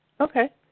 Okay